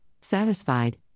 satisfied